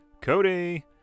Cody